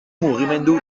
mugimendu